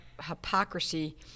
hypocrisy